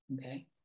okay